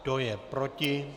Kdo je proti?